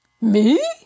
Me